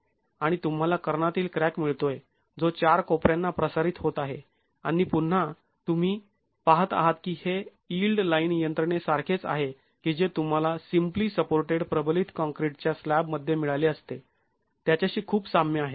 आणि तुंम्हाला कर्णातील क्रॅक मिळतोय जो चार कोपऱ्यांना प्रसारित होत आहे आणि पुन्हा तुम्ही पाहत आहात की हे यिल्ड लाईन यंत्रणे सारखेच आहे की जे तुम्हाला सिंपली सपोर्टेड प्रबलित काँक्रीटच्या स्लॅबमध्ये मिळाले असते त्याच्याशी खूप साम्य आहे